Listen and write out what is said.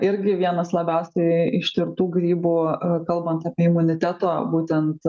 irgi vienas labiausiai ištirtų grybų kalbant apie imuniteto būtent